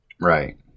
right